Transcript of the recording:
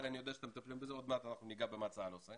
אני יודע שצה"ל מטפל בזה ועוד מעט נדבר על מה צה"ל עושה